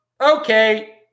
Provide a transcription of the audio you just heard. okay